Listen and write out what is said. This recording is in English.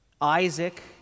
Isaac